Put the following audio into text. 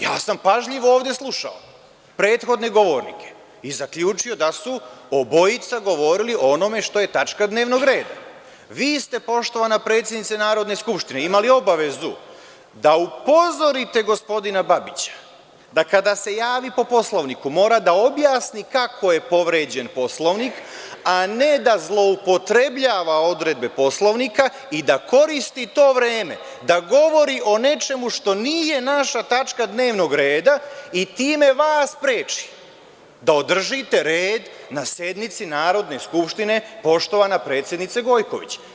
Ja sam pažljivo ovde slušao prethodne govornike i zaključio da su obojica govorili o onome što je tačka dnevnog reda, a vi ste poštovana predsednice Narodne skupštine imali obavezu da upozorite gospodina Babića, da kada se javi po Poslovniku mora da objasni kako je povređen Poslovnik, a ne da zloupotrebljava odredbe Poslovnika i da koristi to vreme, da govori o nečemu što nije naša tačka dnevnog reda i time vas spreči da održite red na sednici Narodne skupštine, poštovana predsednice Gojković.